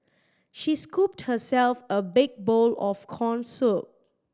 she scooped herself a big bowl of corn soup